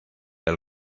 del